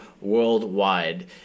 worldwide